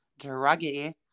druggy